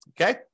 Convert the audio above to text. Okay